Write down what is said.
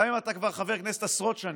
גם אם אתה חבר כנסת כבר עשרות שנים,